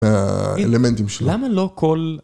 אלמנטים שלו. למה לא כל...